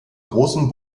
großem